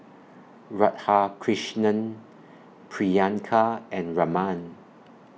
Radhakrishnan Priyanka and Raman